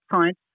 science